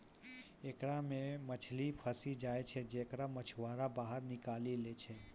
एकरा मे मछली फसी जाय छै जेकरा मछुआरा बाहर निकालि लै छै